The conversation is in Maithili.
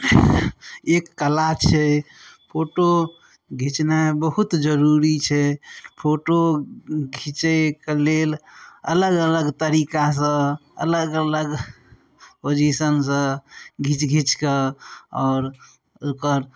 एक कला छै फोटो घिचनाइ बहुत जरूरी छै फोटो घिचैके लेल अलग अलग तरीकासँ अलग अलग पोजिशनसँ घीचि घीचिके आओर ओकर